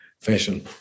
fashion